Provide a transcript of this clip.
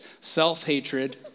Self-hatred